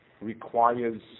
requires